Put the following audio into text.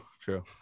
True